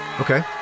Okay